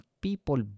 people